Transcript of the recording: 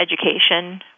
education